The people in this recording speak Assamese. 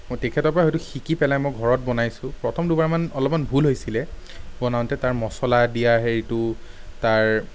মই তেখেতৰ পৰা হয়তো শিকি পেলাই মই ঘৰত বনাইছোঁ প্ৰথম দুবাৰমান অলপমান ভুল হৈছিলে বনাওঁতে তাৰ মছলা দিয়াৰ হেৰিটো তাৰ